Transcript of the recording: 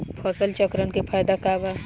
फसल चक्रण के फायदा का बा?